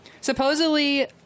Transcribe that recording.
Supposedly